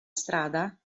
strada